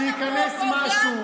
שייכנס משהו,